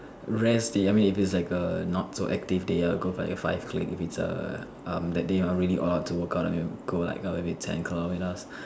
rest day I mean if it's like a not so active day I will go for five kilometers um that day if I'm really all ready to work out then maybe ten kilometers